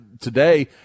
today